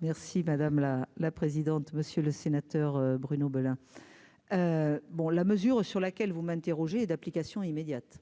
Merci madame la la présidente, monsieur le sénateur Bruno Belin. Bon, la mesure sur laquelle vous m'interrogez et d'application immédiate.